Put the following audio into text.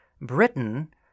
Britain